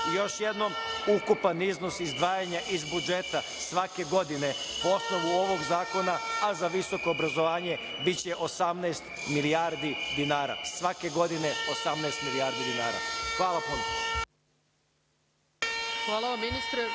jednom ukupan iznos izdvajanja iz budžeta svake godine po osnovu ovog zakona, a za visoko obrazovanje biće 18 milijardi dinara, svake godine 18 milijardi dinara. Hvala puno.